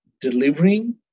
delivering